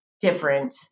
different